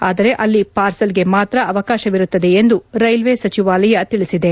ಆದರೆ ಅಲ್ಲಿ ಪಾರ್ಸಲ್ಗೆ ಮಾತ್ರ ಅವಕಾಶವಿರುತ್ತದೆ ಎಂದು ರೈಲ್ವೆ ಸಚಿವಾಲಯ ತಿಳಿಸಿದೆ